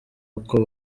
uko